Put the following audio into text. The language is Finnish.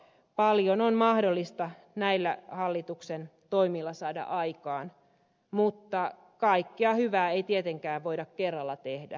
paljon on mahdollista näillä hallituksen toimilla saada aikaan mutta kaikkea hyvää ei tietenkään voida kerralla tehdä